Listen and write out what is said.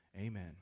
Amen